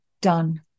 done